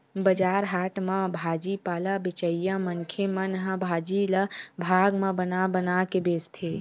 बजार हाट म भाजी पाला बेचइया मनखे मन ह भाजी ल भाग म बना बना के बेचथे